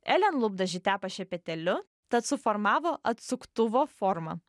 elen lūpdažį tepa šepetėliu tad suformavo atsuktuvo formą